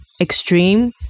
extreme